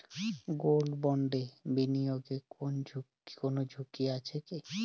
Gold বন্ডে বিনিয়োগে কোন ঝুঁকি আছে কি?